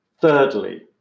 Thirdly